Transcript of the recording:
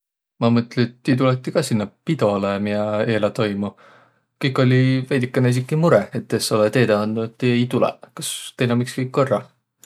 Ma mõtli, et ti tulõt kah sinnäq pidolõ, miä eeläq toimu. Kõik olliq veidükene esiki murõh, et ti es olõq teedäq andnuq, et ti ei tulõq. Kas teil om iks kõik kõrrah?